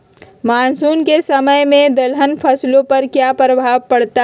Monsoon के समय में दलहन फसलो पर क्या प्रभाव पड़ता हैँ?